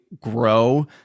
grow